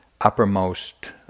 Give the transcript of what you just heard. uppermost